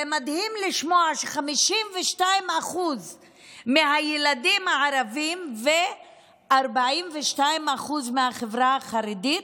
זה מדהים לשמוע ש-52% מהילדים הערבים ו-42% מהחברה החרדית,